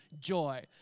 joy